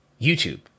YouTube